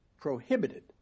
prohibited